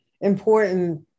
important